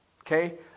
Okay